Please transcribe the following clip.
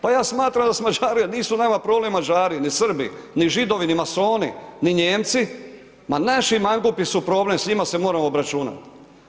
Pa ja smatram da su Mađari, nisu nama problem Mađari ni Srbi, ni Židovi ni masoni, ni Nijemci, ma naši mangupi su problem, s njima se moramo obračunati.